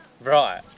Right